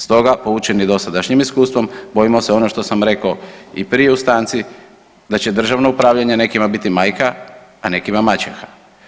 Stoga poučeni dosadašnjim iskustvom bojimo se ono što sam rekao i prije u stanci da će državno upravljanje nekima biti majka, a nekima maćeha.